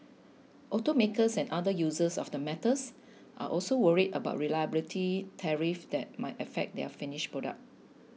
automakers and other users of the metals are also worried about retaliatory tariffs that might affect their finished products